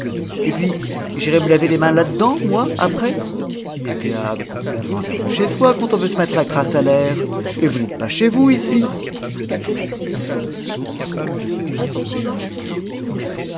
et puis j'irai me laver les mains là-dedans moi après que diable on s'enferme chez soi quand on veut se mettre la crasse à l'air et vous n'êtes pas chez vous ici soupe humilié se rebiffa